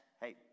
hey